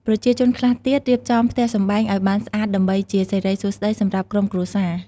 ប្រជាជនខ្លះទៀតរៀបចំផ្ទះសម្បែងឲ្យបានស្អាតដើម្បីជាសិរីសួស្តីសម្រាប់ក្រុមគ្រួសារ។